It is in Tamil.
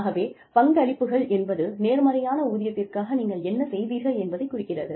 ஆகவே பங்களிப்புகள் என்பது நேர்மறையான ஊதியத்திற்காக நீங்கள் என்ன செய்தீர்கள் என்பதைக் குறிக்கிறது